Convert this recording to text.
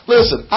Listen